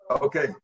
Okay